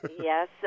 Yes